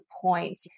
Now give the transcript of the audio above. point